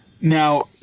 Now